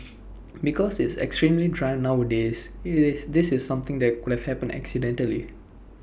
because it's extremely dry nowadays IT is this is something that could have happened accidentally